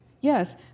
yes